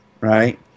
right